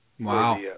Wow